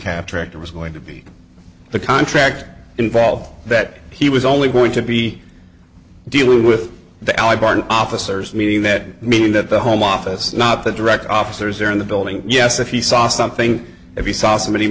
it was going to be the contract involved that he was only going to be dealing with the allied barton officers meaning that meaning that the home office not the direct officers there in the building yes if he saw something if he saw somebody